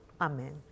Amen